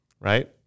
right